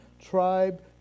tribe